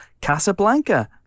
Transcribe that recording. Casablanca